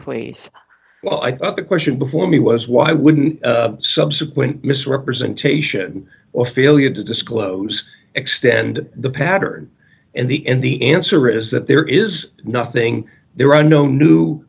please well i thought the question before me was why wouldn't subsequent misrepresentation or failure to disclose extend the pattern in the end the answer is that there is nothing there are no new